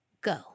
go